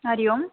हरिः ओम्